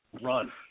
Run